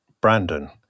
Brandon